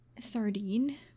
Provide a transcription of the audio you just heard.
Sardine